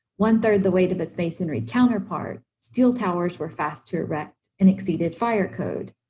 one third the weight of its masonry counterpart, steel towers were fast to erect, and exceeded fire code.